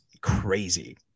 crazy